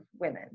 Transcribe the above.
women